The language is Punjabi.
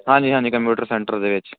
ਹਾਂਜੀ ਹਾਂਜੀ ਕੰਪਿਊਟਰ ਸੈਂਟਰ ਦੇ ਵਿੱਚ